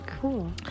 Cool